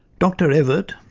dr evatt,